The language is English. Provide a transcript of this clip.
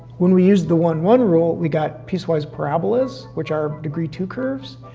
when we used the one, one rule, we got piecewise parabolas, which are degree two curves.